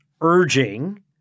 urging